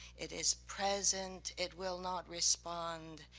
it is present, it will not respond,